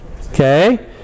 Okay